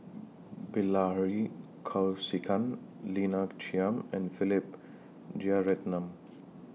Bilahari Kausikan Lina Chiam and Philip Jeyaretnam